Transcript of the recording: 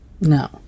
No